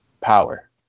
power